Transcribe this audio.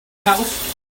house